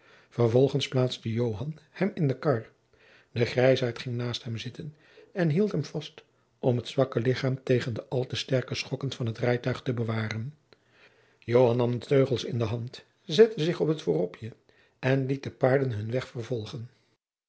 vervolgens plaatste joan hem in de kar de grijzaart ging naast hem zitten en hield hem vast om het zwakke lichaam tegen de al te sterke schokken van het rijtuig te bewaren joan nam de teugels in de hand zette zich op het vooropje en liet de paarden hunnen weg vervolgen